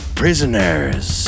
prisoners